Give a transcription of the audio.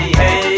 hey